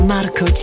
Marco